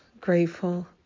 grateful